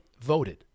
voted